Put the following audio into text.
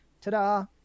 ta-da